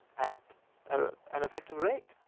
at an effective rate.